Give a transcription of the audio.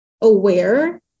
aware